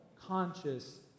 conscious